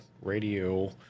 radio